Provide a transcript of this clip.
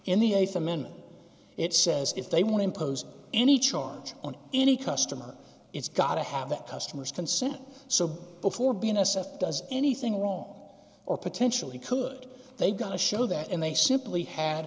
in the th amendment it says if they want to impose any chart on any customer it's got to have that customers consent so before being assessed does anything wrong or potentially could they got to show that and they simply had